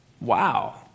Wow